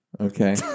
Okay